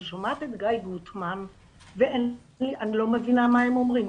אני שומעת את גיא גוטמן ואני לא מבינה מה הם אומרים.